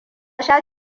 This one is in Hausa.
sha